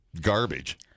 garbage